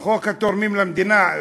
חוק התורמים למדינה.